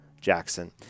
Jackson